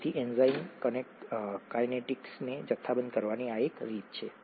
તેથી એન્ઝાઇમ કાઇનેટીક્સને જથ્થાબંધ કરવાની આ એક રીત છે